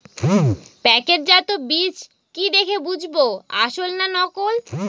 প্যাকেটজাত বীজ কি দেখে বুঝব আসল না নকল?